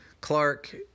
Clark